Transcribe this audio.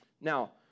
Now